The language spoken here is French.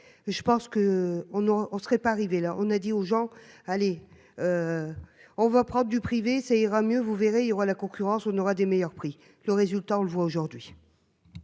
Je pense que on on on serait pas arrivé là on a dit aux gens allez. On va prendre du privé ça ira mieux, vous verrez il aura la concurrence on aura des meilleurs prix. Le résultat on le voit aujourd'hui.--